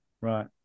Right